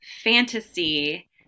fantasy